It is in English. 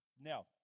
Now